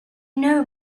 know